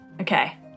Okay